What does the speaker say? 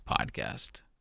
podcast